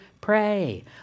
pray